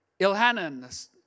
Ilhanan